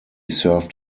served